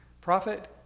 prophet